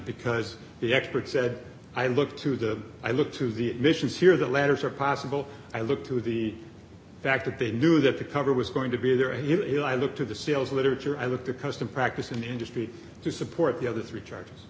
because the expert said i look to the i look to the admissions here the letters are possible i look to the fact that they knew that the cover was going to be there and here you know i look to the sales literature i look to custom practice in the industry to support the other three charges